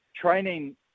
training